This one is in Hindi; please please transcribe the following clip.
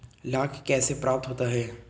लाख कैसे प्राप्त होता है?